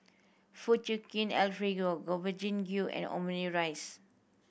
Fettuccine Alfredo Gobchang Gui and Omurice